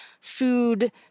food